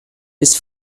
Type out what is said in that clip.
his